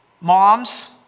Moms